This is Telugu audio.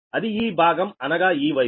అది ఈ భాగం అనగా ఈ వైపు